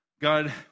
God